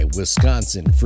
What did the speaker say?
Wisconsin